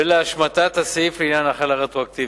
והשמטת הסעיף לעניין החלה רטרואקטיבית.